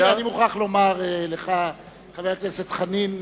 אני מוכרח לומר לך, חבר הכנסת חנין,